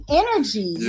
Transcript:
energy